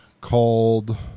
called